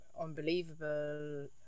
unbelievable